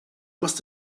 must